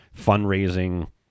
fundraising